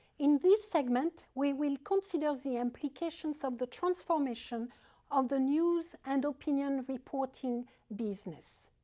in this segment, we will consider the implications of the transformation of the news and opinion reporting business.